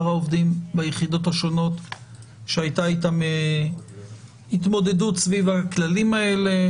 העובדים ביחידות השונות שהייתה איתם התמודדות סביב הכללים האלה.